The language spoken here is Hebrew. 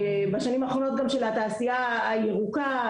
בשנים האחרונות גם של התעשייה הירוקה,